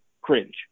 cringe